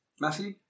Matthew